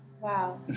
Wow